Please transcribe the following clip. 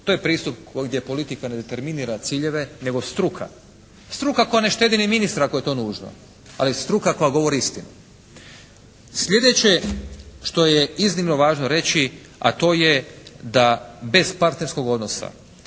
to je pristup gdje politika ne determinira ciljeve nego struka, struka koja ne štedi ni ministra ako je to nužno, ali struka koja govori istinu. Sljedeće što je iznimno važno reći, a to je da bez partnerskog odnosa